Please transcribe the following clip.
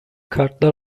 kartlar